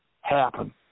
happen